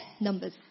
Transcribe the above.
numbers